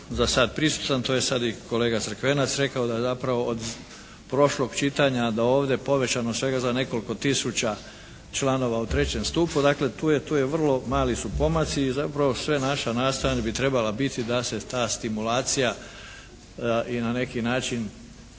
za sada prisutan, to je sada i kolega Crkvenac rekao da je zapravo od prošlog čitanja do ovdje povećano svega za nekoliko tisuća članova u trećem stupu. Dakle tu je vrlo mali su pomaci i zapravo sva naša nastojanja bi trebala biti da se ta stimulacija i na neki način